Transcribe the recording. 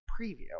preview